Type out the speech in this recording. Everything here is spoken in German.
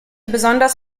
besonders